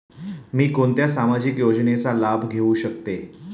मी कोणत्या सामाजिक योजनेचा लाभ घेऊ शकते?